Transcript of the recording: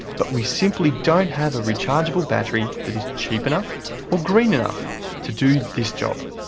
but we simply don't have a rechargeable battery that is cheap enough or green enough to do this job.